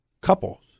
couples